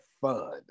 fun